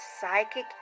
psychic